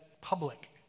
public